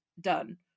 done